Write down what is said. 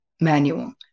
manual